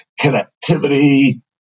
connectivity